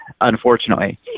unfortunately